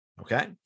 Okay